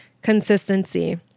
consistency